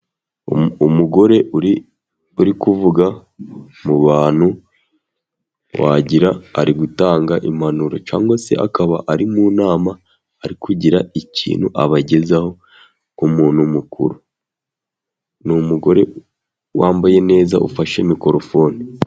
Umugore uri kuvuga mu bantu, wagira ari gutanga impanuro cyangwa se akaba ari mu nama, ari kugira ikintu abagezaho, nk'umuntu mukuru. Nigore wambaye neza, ufashe mikorofone.